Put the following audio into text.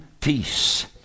peace